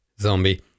zombie